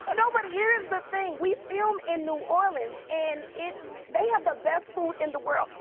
but no, but here's the thing. we film in new orleans, and it they have the best food in the world.